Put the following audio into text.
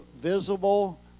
visible